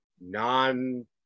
non